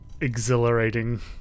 exhilarating